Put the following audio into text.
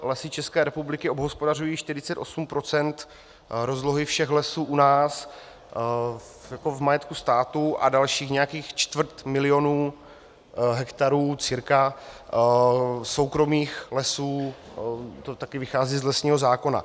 Lesy České republiky obhospodařují 48 procent rozlohy všech lesů u nás v majetku státu a dalších nějakých cca čtvrt milionu hektarů soukromých lesů, to také vychází z lesního zákona.